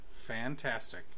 fantastic